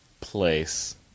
place